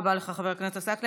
תודה רבה לך, חבר הכנסת עסאקלה.